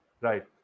right